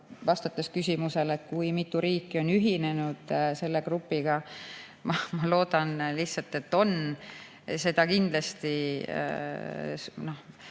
vastates küsimusele, kui mitu riiki on ühinenud selle grupiga. Ma loodan lihtsalt, et on. Seda survet ei